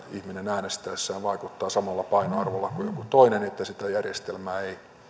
että ihminen äänestäessään vaikuttaa samalla painoarvolla kuin joku toinen että sitä järjestelmää